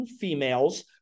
females